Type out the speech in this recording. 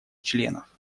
членов